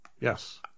Yes